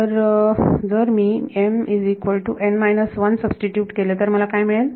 तर जर मी सबस्टीट्यूट केले तर मला काय मिळेल